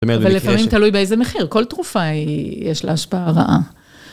אבל לפעמים תלוי באיזה מחיר, כל תרופה יש לה השפעה רעה.